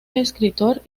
escritor